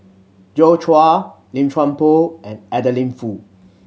Joi Chua Lim Chuan Poh and Adeline Foo